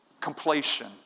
completion